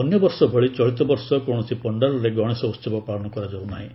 ଅନ୍ୟ ବର୍ଷ ଭଳି ଚଳିତବର୍ଷ କୌଣସି ପଣ୍ଡାଲରେ ଗଣେଶ ଉହବ ପାଳନ କରାଯାଉ ନାହିଁ